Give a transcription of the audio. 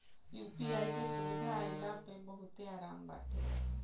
UPI के सुविधा आईला पअ बहुते आराम बाटे